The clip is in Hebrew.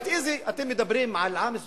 אתם מדברים על עם סגולה,